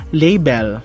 label